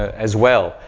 as well.